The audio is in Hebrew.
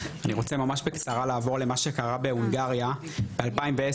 אני רוצה ממש בקצרה לעבור למה שקרה בהונגריה ב- 2010,